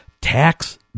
tax